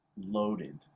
loaded